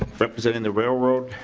ah representative railroad